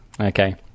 Okay